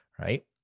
right